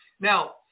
Now